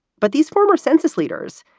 but these former census leaders,